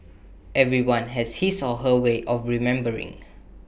everyone has his or her way of remembering